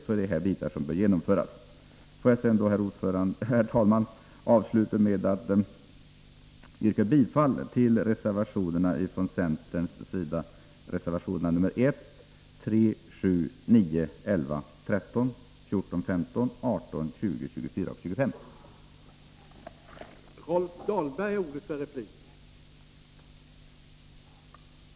Låt mig, herr talman, avsluta med att yrka bifall till reservationerna 1,3, 7, 9, 11, 13, 14, 15, 18, 20, 24 och 25, där centern finns med.